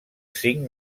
cinc